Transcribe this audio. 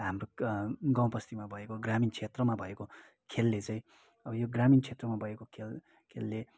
हाम्रो गाउँ बस्तीमा भएको ग्रामीण क्षेत्रमा भएको खेलले चाहिँ अब यो ग्रामीण क्षेत्रमा भएको खेल खेलले